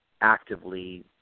actively